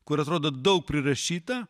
kur atrodo daug prirašyta